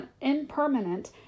impermanent